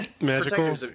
magical